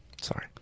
Sorry